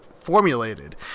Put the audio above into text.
formulated